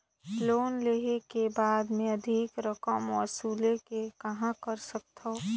Loan लेहे के बाद मे अधिक रकम वसूले के कहां कर सकथव?